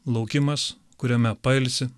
laukimas kuriame pailsi